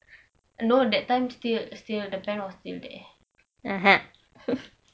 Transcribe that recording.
no that time no no that time still still the pen was still there